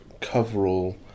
coverall